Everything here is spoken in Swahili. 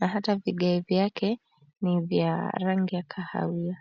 na hata vigae vyake ni vya rangi ya kahawia.